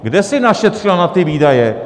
Kde si našetřila na ty výdaje?